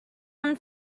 one